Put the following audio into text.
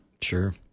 Sure